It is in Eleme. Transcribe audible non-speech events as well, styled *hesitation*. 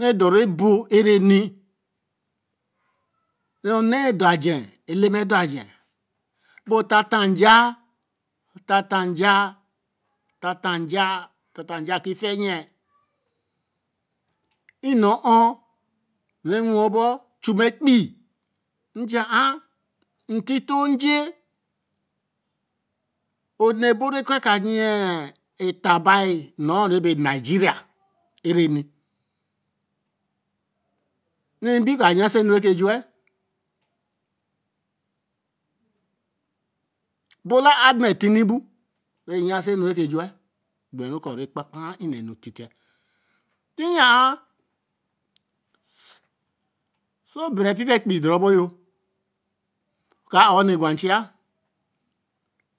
Re dor ru e bo ere ni re onne du aj̄a eleme dor aj̄a bu tata nj̄a. tata nj̄a tata nj̄a tata nj̄a ki fe yen e na ho re wen bo chu ma epeii eji ye ar nti to aje. ōrne bo re ke ka yen yen e ta nu re be Nigeria e re nī. re gbin ko a yen si e nu reke ju wa bola a bitini bo re yen si e nure ke j̄uwa. gbere ko re kpa kpare e ne nu tite. tī ye ar *hesitation* so bere pipaā epeii doru bo yo. o ka a ho ni gwa nichia.